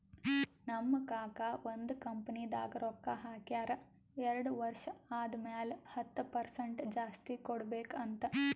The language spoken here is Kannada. ನಮ್ ಕಾಕಾ ಒಂದ್ ಕಂಪನಿದಾಗ್ ರೊಕ್ಕಾ ಹಾಕ್ಯಾರ್ ಎರಡು ವರ್ಷ ಆದಮ್ಯಾಲ ಹತ್ತ್ ಪರ್ಸೆಂಟ್ ಜಾಸ್ತಿ ಕೊಡ್ಬೇಕ್ ಅಂತ್